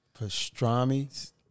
Pastrami